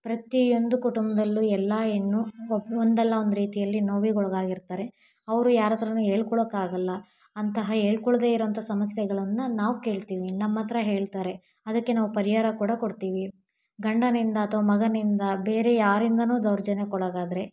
ಪ್ರತಿಯೊಂದು ಕುಟುಂಬದಲ್ಲೂ ಎಲ್ಲ ಹೆಣ್ಣು ಒಬ್ಬ ಒಂದಲ್ಲ ಒಂದು ರೀತಿಯಲ್ಲಿ ನೋವಿಗೆ ಒಳಗಾಗಿರ್ತಾರೆ ಅವರು ಯಾರ ಹತ್ರನು ಹೇಳ್ಕೊಳಕ್ ಆಗೋಲ್ಲ ಅಂತಹ ಹೇಳ್ಕೊಳ್ದೆ ಇರೋ ಅಂಥ ಸಮಸ್ಯೆಗಳನ್ನು ನಾವು ಕೇಳ್ತೀವಿ ನಮ್ಮ ಹತ್ರ ಹೇಳ್ತಾರೆ ಅದಕ್ಕೆ ನಾವು ಪರಿಹಾರ ಕೂಡ ಕೊಡ್ತೀವಿ ಗಂಡನಿಂದ ಅಥ್ವಾ ಮಗನಿಂದ ಬೇರೆ ಯಾರಿಂದನೂ ದೌರ್ಜನ್ಯಕ್ಕೊಳಗಾದರೆ